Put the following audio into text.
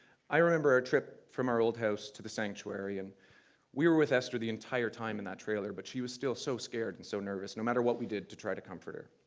i remember our trip from our old house to the sanctuary, and we were with esther the entire time in that trailer, but she was still so scared and so nervous, no matter what we did to try to comfort her.